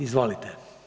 Izvolite.